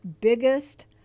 biggest